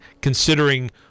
considering